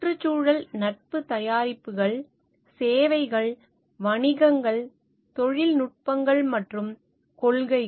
சுற்றுச்சூழல் நட்பு தயாரிப்புகள் சேவைகள் வணிகங்கள் தொழில்நுட்பங்கள் மற்றும் கொள்கைகள்